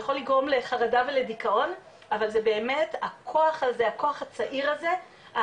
יכול לגרום לחרדה ולדיכאון אבל זה באמת הכוח הזה הכוח הצעיר הזה,